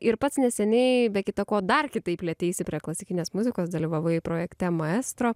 ir pats neseniai be kita ko dar kitaip lieteisi prie klasikinės muzikos dalyvavai projekte maestro